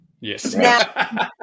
yes